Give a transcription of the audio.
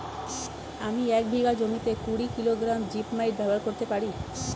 আমি এক বিঘা জমিতে কুড়ি কিলোগ্রাম জিপমাইট ব্যবহার করতে পারি?